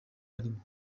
arimo